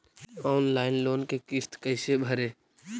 Online loan के किस्त कैसे भरे?